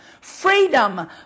freedom